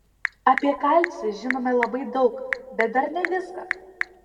apie kalcį žinome labai daug bet dar ne viską